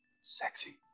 sexy